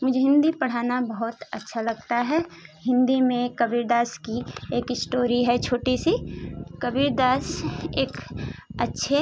मुझे हिन्दी पढ़ाना बहुत अच्छा लगता है हिन्दी में कबीरदास की एक इस्टोरी है छोटी सी कबीरदास एक अच्छे